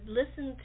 listen